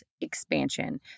expansion